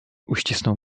uścisnął